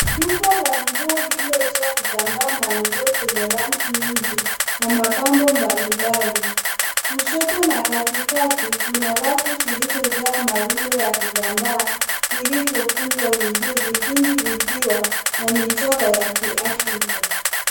Duka la nguo lililojaa vitambaa na nguo zenye rangi nyingi na mapambo mbalimbali. Kushoto na katikati kuna rafu zilizojaa marundo ya vitambaa vilivyokunjwa vizuri, vingi vikiwa na michoro ya kiafrika.